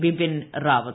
Bipin Rawat